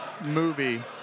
movie